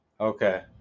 Okay